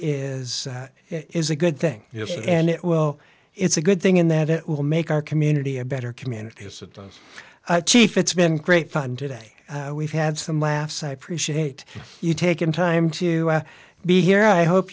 is is a good thing and it will it's a good thing in that it will make our community a better community as chief it's been great fun today we've had some laughs i appreciate you taking time to be here i hope